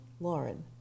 Lauren